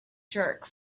jerk